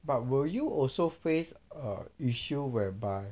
but will you also face a issue whereby